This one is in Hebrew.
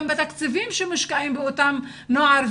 בתקציבים שמושקעים באותם נוער ונערות.